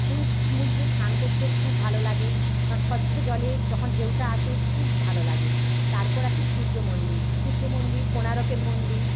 পুরীর সমুদ্রে স্নান করতে খুব ভালো লাগে কারণ স্বচ্ছ জলে যখন ঢেউটা আসে খুব ভালো লাগে তারপর আসে সূর্য মন্দির সূর্য মন্দির কোনারকের মন্দির